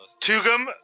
Tugum